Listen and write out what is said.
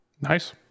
nice